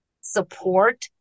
support